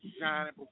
shining